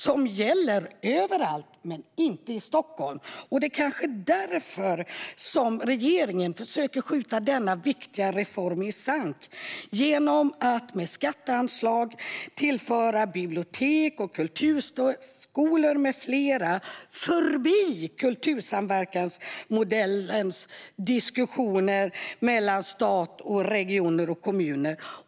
Den gäller överallt utom i Stockholm, och det är kanske därför regeringen försöker skjuta denna viktiga reform i sank genom att med skatteanslag direkt till bibliotek, kulturskolor med flera gå förbi kultursamverkansmodellens diskussioner mellan stat, regioner och kommuner.